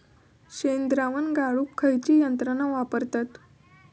शेणद्रावण गाळूक खयची यंत्रणा वापरतत?